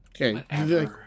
Okay